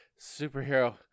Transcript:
superhero